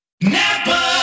Napa